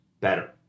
better